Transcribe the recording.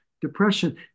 depression